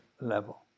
level